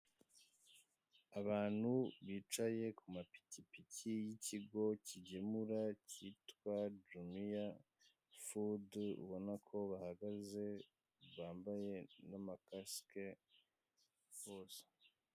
Abantu bicaye ku mapikipiki y'ikigo kigemura cyitwa burineya fudu ubona ko bahagaze bambaye n'amakasike bose.